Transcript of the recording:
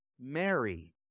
Mary